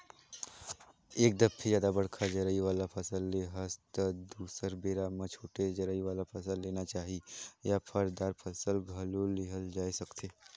एक दफे जादा बड़का जरई वाला फसल ले हस त दुसर बेरा म छोटे जरई वाला फसल लेना चाही या फर, दार फसल घलो लेहल जाए सकथे